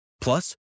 Plus